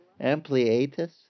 Ampliatus